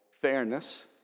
fairness